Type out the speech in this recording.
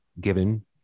given